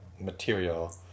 material